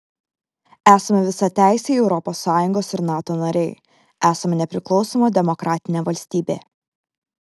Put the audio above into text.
esame visateisiai europos sąjungos ir nato nariai esame nepriklausoma demokratinė valstybė